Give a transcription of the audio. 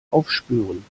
aufspüren